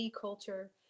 culture